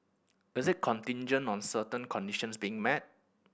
is it contingent on certain conditions being met